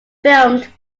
filmed